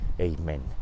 Amen